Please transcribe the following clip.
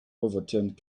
overturned